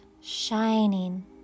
shining